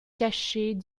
cachées